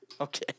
Okay